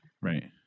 right